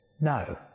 no